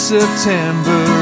September